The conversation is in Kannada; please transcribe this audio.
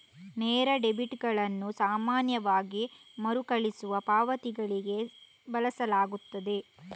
ನೇರ ಡೆಬಿಟುಗಳನ್ನು ಸಾಮಾನ್ಯವಾಗಿ ಮರುಕಳಿಸುವ ಪಾವತಿಗಳಿಗೆ ಬಳಸಲಾಗುತ್ತದೆ